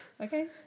Okay